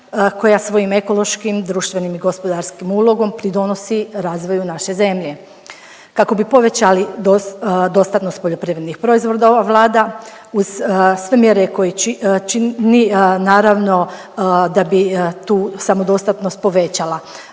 koja svojim ekološkim, društvenim i gospodarskim ulogom, pridonosi razvoju naše zemlje. Kako bi povećali dostatnost poljoprivrednih proizvoda ova Vlada uz sve mjere koje čini, naravno da bi tu samodostatnost povećala,